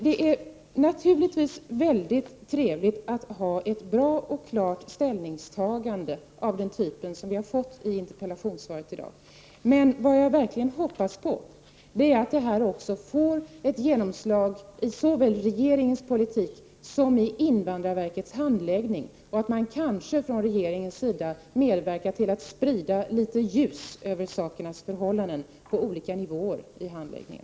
Det är naturligtvis mycket trevligt att ha ett bra och klart ställningstagande av den typ som vi har fått i interpellationssvaret i dag. Men vad jag verkligen hoppas på är att detta ställningstagande får ett genomslag i såväl regeringens politik som i invandrarverkets handläggning och att man kanske från regeringens sida medverkar till att sprida litet ljus över sakernas tillstånd på olika nivåer i handläggningen.